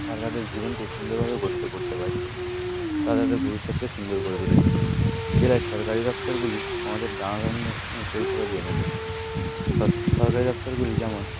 তারা তাদের জীবনকে সুন্দরভাবে গঠন করতে পারছে তারা তাদের ভবিষ্যতকে সুন্দর করে তুলেছে জেলায় সরকারি দফতরগুলি আমাদের নানা ধরনের পরিষেবা দিয়ে থাকে সরকারি দফতরগুলি যেমন